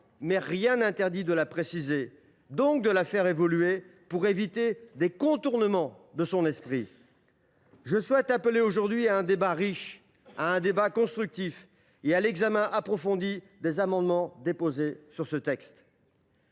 mais rien n’interdit de la préciser, donc de la faire évoluer, pour éviter des contournements de son esprit. Je souhaite appeler aujourd’hui à un débat riche et constructif, ainsi qu’à l’examen approfondi des amendements déposés sur ce texte.